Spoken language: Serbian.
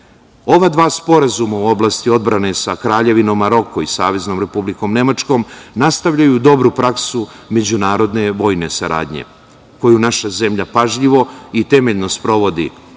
dva sporazuma u ovlasti odbrane sa Kraljevinom Maroko i Saveznom Republikom Nemačkom, nastavljaju dobru praksu međunarodne vojne saradnje, koju naša zemlja pažljivo i temeljno sprovodi